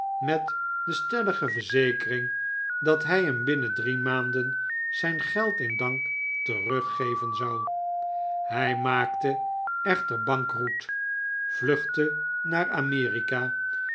met de stellige verzekering dat hij hem binnen drie maanden zijn geld in dank teruggeven zou hij maakte echter bankroet vluchtte naar